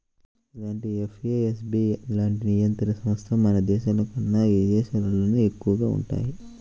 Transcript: ఇలాంటి ఎఫ్ఏఎస్బి లాంటి నియంత్రణ సంస్థలు మన దేశంలోకన్నా విదేశాల్లోనే ఎక్కువగా వుంటయ్యి